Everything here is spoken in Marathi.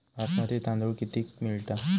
बासमती तांदूळ कितीक मिळता?